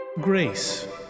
Grace